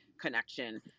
connection